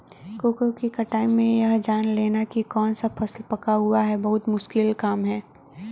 cocoa की कटाई में यह जान लेना की कौन सा फल पका हुआ है बहुत मुश्किल काम है